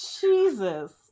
Jesus